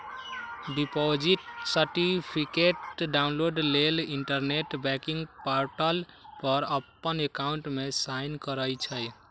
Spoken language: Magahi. डिपॉजिट सर्टिफिकेट डाउनलोड लेल इंटरनेट बैंकिंग पोर्टल पर अप्पन अकाउंट में साइन करइ छइ